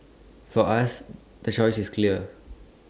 for us the choice is clear